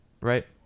Right